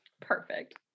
Perfect